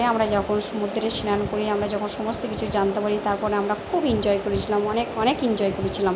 আমরা যখন সমুদ্রে স্নান করি আমরা যখন সমস্ত কিছু জানতে পারি তার পরে আমরা খুব এঞ্জয় করেছিলাম অনেক অনেক এঞ্জয় করেছিলাম